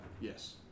Yes